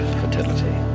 fertility